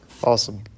Awesome